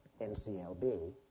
NCLB